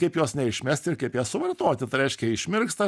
kaip jos neišmest ir kaip ją suvartoti tai reiškia išmirksta